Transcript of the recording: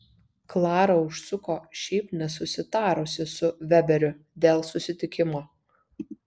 klara užsuko šiaip nesusitarusi su veberiu dėl susitikimo